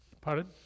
Pardon